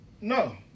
No